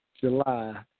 July